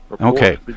Okay